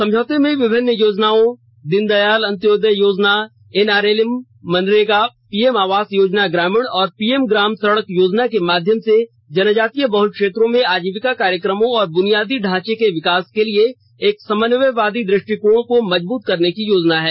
समझौते में विभिन्न योजनाओं दीनदयाल अंत्योदय योजना एनआरएलएम मनरेगा पीएम आवास योजना ग्रामीण और पीएम ग्राम सड़क योजना के माध्यम से जनजातीय बहल क्षेत्रों में आजीविका कार्यक्रमों और बुनियादी ढांचे के विकास के लिए एक समन्वयवादी दृष्टिकोण को मजबुत करने की योजना है